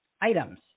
items